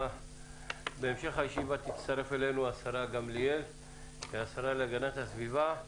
בהמשך הישיבה תצטרף אלינו השרה להגנת הסביבה גמליאל.